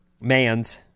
Mans